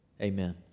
Amen